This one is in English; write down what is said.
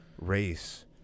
Race